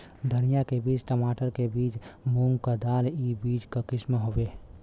धनिया के बीज, छमाटर के बीज, मूंग क दाल ई बीज क किसिम हउवे